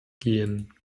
gehen